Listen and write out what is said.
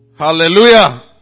hallelujah